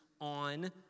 on